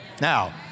Now